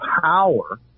power